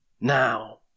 now